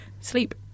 sleep